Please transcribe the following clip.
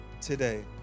today